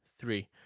three